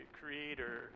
creator